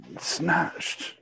snatched